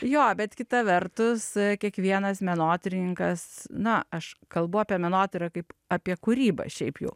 jo bet kita vertus kiekvienas menotyrininkas na aš kalbu apie menotyrą kaip apie kūrybą šiaip jau